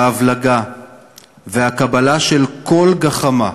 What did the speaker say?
ההבלגה והקבלה של כל גחמה,